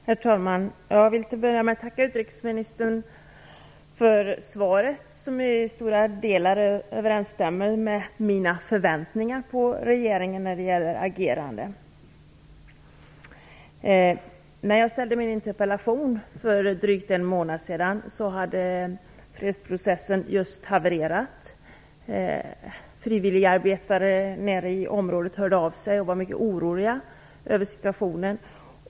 Herr talman! Jag vill börja med att tacka utrikesministern för svaret, som i stora delar överensstämmer med mina förväntningar på regeringens agerande. När jag ställde min interpellation för drygt en månad sedan hade fredsprocessen just havererat. Frivilligarbetare nere i området hörde av sig och var mycket oroliga över situationen.